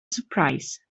surprise